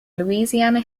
louisiana